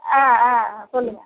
ஆ ஆ ஆ சொல்லுங்கள்